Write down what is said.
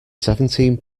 seventeen